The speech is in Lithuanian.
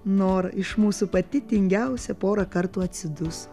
nora iš mūsų pati tingiausia porą kartų atsiduso